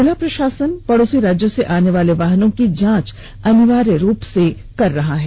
जिला प्रशासन पड़ोसी राज्यों से आने वाले वाहनों की जांच अनिवार्य रूप से कर रहा है